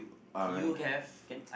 uh can can